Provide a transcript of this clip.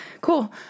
cool